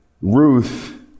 Ruth